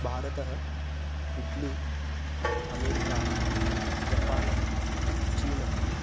भारतः इट्ली अमेरिकाः जपानः चीनः